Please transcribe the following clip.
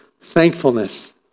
thankfulness